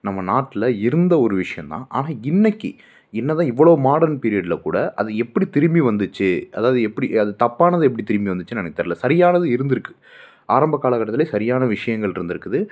நம்ம நாட்டில் இருந்த ஒரு விஷயோந்தான் ஆனால் இன்னைக்கு என்ன தான் இவ்வளோ மாடர்ன் பீரியட்ல கூட அது எப்படி திரும்பி வந்துச்சு அதாவது எப்படி அது தப்பானது எப்படி திரும்பி வந்துச்சின்னு எனக்கு தெரில சரியானது இருந்திருக்கு ஆரம்ப காலக்கட்டத்திலே சரியான விஷயங்கள்ருந்துருக்குது